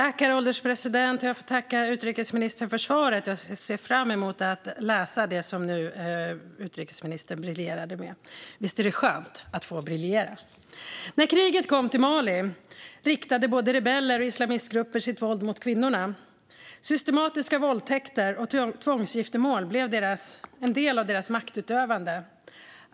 Herr ålderspresident! Jag tackar utrikesministern för svaret och ser fram emot att läsa det utrikesministern briljerade med. Visst är det skönt att få briljera! När kriget kom till Mali riktade både rebeller och islamistgrupper sitt våld mot kvinnorna. Systematiska våldtäkter och tvångsgiftermål blev en del av deras maktutövande.